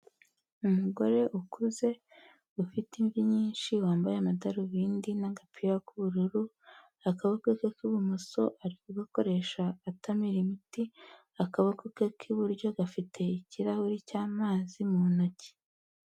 Umugore ukuze, ufite imvi nyinshi, wambaye amadarubindi n'agapira k'ubururu, akaboko ke k'ibumoso ari kugakoresha atamira imiti, akaboko ke k'iburyo gafite ikirahuri cy'amazi mu ntoki.